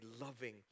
loving